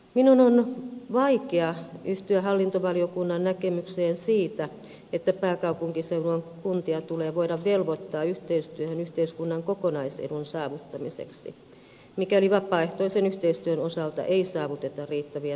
minun on vaikea yhtyä hallintovaliokunnan näkemykseen siitä että pääkaupunkiseudun kuntia tulee voida velvoittaa yhteistyöhön yhteiskunnan kokonaisedun saavuttamiseksi mikäli vapaaehtoisen yhteistyön osalta ei saavuteta riittäviä tuloksia